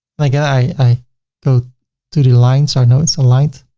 like i i go to the align so i know it's aligned,